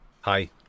Hi